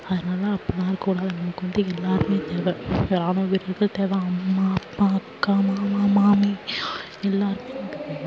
அதனால அப்பட்லாம் இருக்கக்கூடாது நமக்கு வந்து எல்லாருமே தேவை இப்போ ராணுவ வீரர்கள் தேவை அம்மா அப்பா அக்கா மாமா மாமி எல்லாருமே நமக்கு தேவை